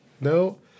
No